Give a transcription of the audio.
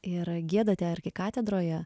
ir giedate arkikatedroje